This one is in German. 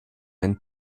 einen